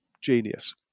genius